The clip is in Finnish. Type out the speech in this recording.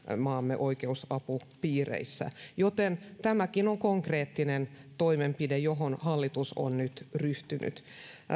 maamme oikeusapupiireissä joten tämäkin on konkreettinen toimenpide johon hallitus on nyt ryhtynyt